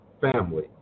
family